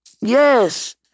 Yes